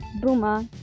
Boomer